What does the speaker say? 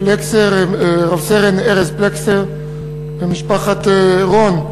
משפחת רב-סרן ארז פלקסר ומשפחת רון,